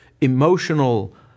emotional